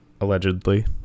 allegedly